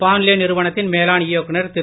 பாண்லே நிறுவனத்தின் மேலாண் இயக்குநர் திரு